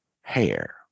hair